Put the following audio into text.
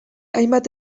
hainbat